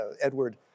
Edward